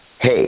hey